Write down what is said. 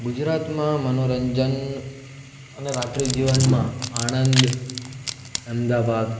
ગુજરાતમાં મનોરંજન અને રાત્રિજીવનમાં આણંદ અહેમદાબાદ